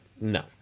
No